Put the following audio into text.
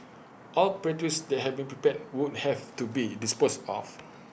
all pastries that have been prepared would have to be disposed of